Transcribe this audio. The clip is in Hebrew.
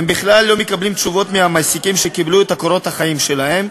הם בכלל לא מקבלים תשובות מהמעסיקים שקיבלו את קורות החיים שלהם,